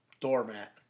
doormat